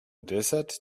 desert